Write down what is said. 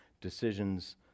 decisions